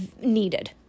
needed